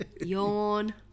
Yawn